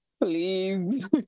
Please